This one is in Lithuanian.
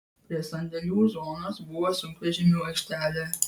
prie sandėlių zonos buvo sunkvežimių aikštelė